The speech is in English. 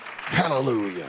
Hallelujah